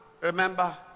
remember